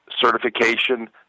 certification